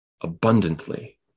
abundantly